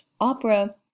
Opera